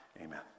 Amen